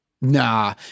Nah